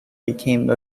became